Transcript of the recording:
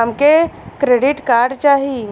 हमके credit card चाही